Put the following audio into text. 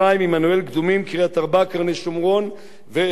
קרני-שומרון ומועצה אזורית שומרון.